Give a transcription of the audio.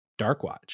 Darkwatch